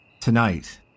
Tonight